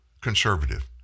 conservative